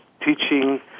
teaching